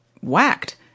whacked